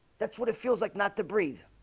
that's what it feels like not to breathe